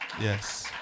Yes